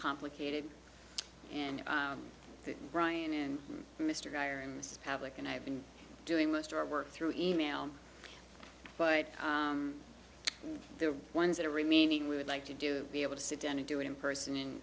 complicated and brian and mr guy are in this public and i've been doing most of our work through e mail but the ones that are remaining would like to do be able to sit down and do it in person and